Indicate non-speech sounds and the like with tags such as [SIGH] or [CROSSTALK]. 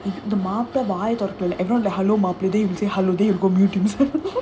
the மாப்பிள:mapplila everyone like hello then you say hello then he go mute himself [LAUGHS]